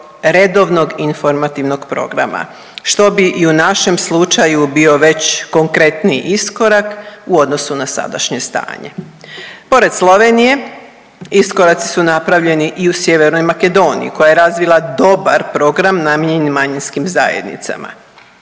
redovnog informativnog programa što bi i u našem slučaju bio već konkretniji iskorak u odnosu na sadašnje stanje. Pored Slovenije iskoraci su napravljeni i u Sjevernoj Makedoniji koja je razvila dobar program namijenjen manjinskim zajednicama.